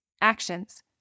Actions